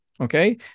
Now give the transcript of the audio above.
Okay